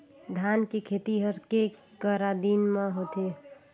धान के खेती हर के करा दिन म होथे?